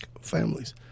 families